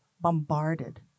bombarded